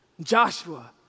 Joshua